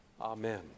Amen